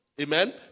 Amen